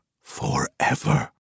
forever